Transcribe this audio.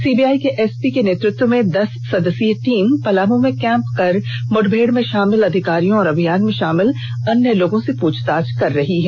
CBI के SP के नेतृत्व में दस सदस्यीय टीम पलामू में कैंप कर मुठभेड़ में शामिल अधिकारियों और अभियान में शामिल अन्य लोगों से पूछताछ कर रही है